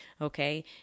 okay